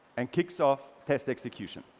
and kicks off test execution.